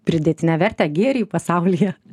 pridėtinę vertę gėrį pasaulyje